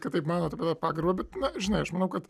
kad taip manot apie pagarbą bet na žinai aš manau kad